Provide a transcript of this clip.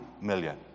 million